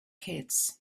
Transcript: kids